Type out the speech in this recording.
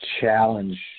challenge